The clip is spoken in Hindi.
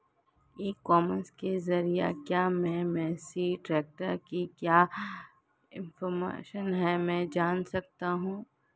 ई कॉमर्स के ज़रिए क्या मैं मेसी ट्रैक्टर का क्या ऑफर है जान सकता हूँ?